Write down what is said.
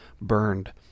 burned